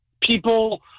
people